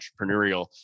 entrepreneurial